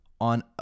on